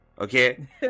Okay